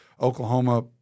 Oklahoma